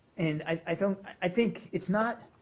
and i don't i think it's not